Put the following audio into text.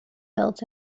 built